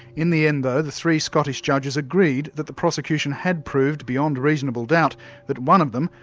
in the end though, the three scottish judges agreed that the prosecution had proved beyond reasonable doubt that one of them,